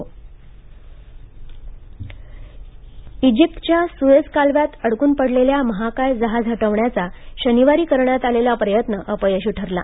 Suez कालवा इजिप्तच्या Suez कालव्यात अडकून पडलेल्या महाकाय जहाज हटवण्याचा शनिवारी करण्यात आलेला प्रयत्न अपयशी ठरला